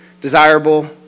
desirable